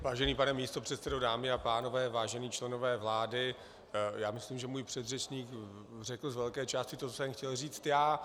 Vážený pane místopředsedo, dámy a pánové, vážení členové vlády, já myslím, že můj předřečník řekl z velké části to, co jsem chtěl říct já.